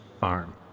Farm